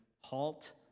halt